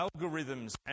algorithms